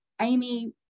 Amy